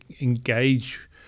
engage